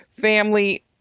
family